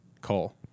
Cole